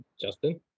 justin